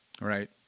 right